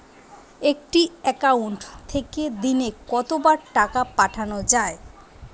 একটি একাউন্ট থেকে দিনে কতবার টাকা পাঠানো য়ায়?